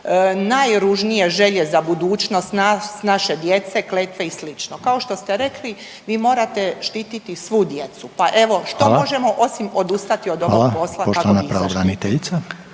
najružnije želje za budućnost nas naše djece, kletve i sl. Kao što ste rekli vi morate štititi svu djecu, pa evo što možemo osim odustati od ovog posla kako bi …/Govornici